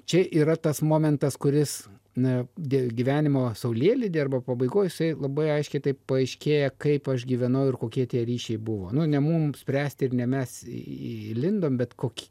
čia yra tas momentas kuris na gyvenimo saulėlydy arba pabaigoj jisai labai aiškiai taip paaiškėja kaip aš gyvenau ir kokie tie ryšiai buvo ne mum spręsti ir ne mes įlindom bet kokį